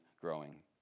growing